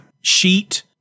sheet